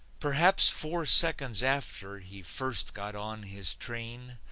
perhaps four seconds after he first got on his train,